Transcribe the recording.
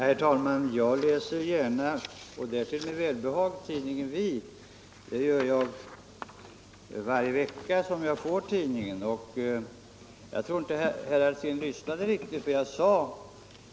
Herr talman! Jag läser gärna och med välbehag tidningen Vi varje vecka när jag får tidningen. Jag tror inte att herr Alsén lyssnade riktigt på vad jag sade.